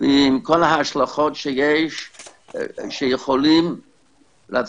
עם כל ההשלכות שיכולות להיות.